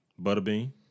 Butterbean